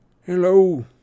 Hello